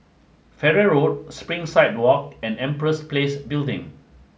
Farrer Road Springside Walk and Empress Place Building